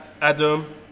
Adam